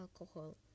alcohol